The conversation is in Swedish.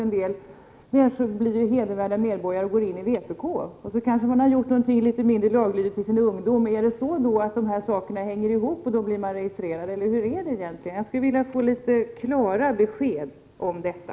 En del blir hedervärda medborgare och går in i vpk också. De kanske har gjort något mindre laglydigt i sin ungdom, och om de sakerna hänger ihop blir de registrerade. Hur är det egentligen? Jag skulle vilja få litet mera klara besked om detta.